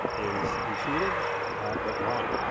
is intuitive but wrong.